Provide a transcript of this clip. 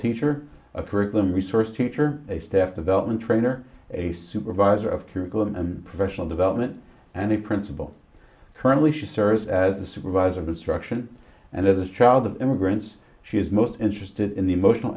teacher a curriculum resource teacher a staff development trainer a supervisor of curriculum and professional development and a principal currently she serves as the supervisor of instruction and as a child of immigrants she is most interested in the emotional